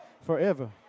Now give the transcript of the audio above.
forever